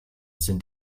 sind